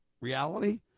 reality